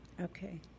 okay